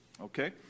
okay